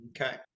okay